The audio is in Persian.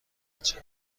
بچه